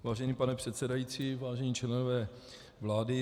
Vážený pane předsedající, vážení členové vlády.